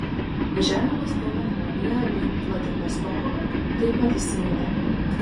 važiavimas pro mongoliją link vladivostoko taip pat įsiminė